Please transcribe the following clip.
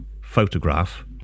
photograph